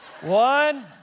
One